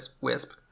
Wisp